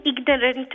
ignorant